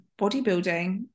bodybuilding